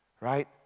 Right